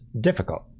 difficult